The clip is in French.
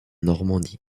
normandie